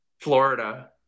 Florida